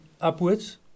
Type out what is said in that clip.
upwards